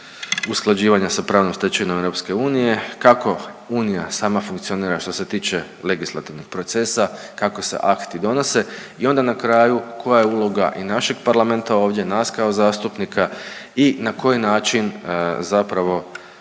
usklađivanja sa pravnom stečevinom EU, kako Unija sama funkcionira što se tiče legislativnih procesa, kako se akti donose i onda na kraju koja je uloga i našeg parlamenta ovdje, nas kao zastupnika i na koji način zapravo